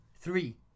Three